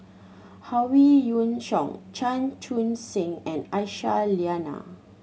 Howe Yoon Chong Chan Chun Sing and Aisyah Lyana